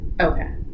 Okay